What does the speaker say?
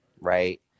right